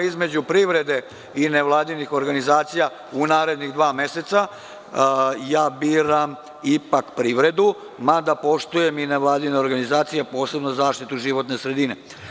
Između privrede i nevladinih organizacija u narednih dva meseca, ja biram ipak privredu, mada poštujem i nevladine organizacije, posebno zaštitu životne sredine.